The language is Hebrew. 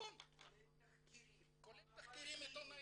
תחקירים עיתונאיים,